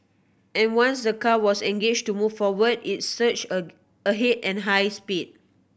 and once the car was engaged to move forward it surged a ahead at high speed